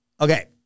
Okay